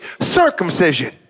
circumcision